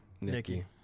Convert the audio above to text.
Nikki